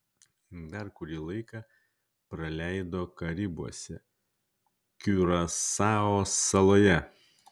dar kurį laiką praleido karibuose kiurasao saloje